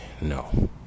No